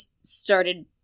started